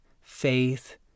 Faith